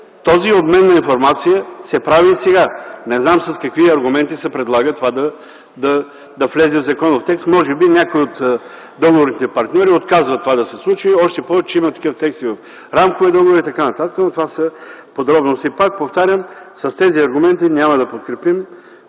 този обмен на информация се прави и сега. Не знам с какви аргументи се предлага това да влезе в законов текст. Може би някои от договорните партньори отказват това да се случи. Още повече, че такива текстове има в рамкови договори и т.н., но това са подробности. Пак повтарям, с тези аргументи няма да подкрепим